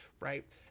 right